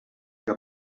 que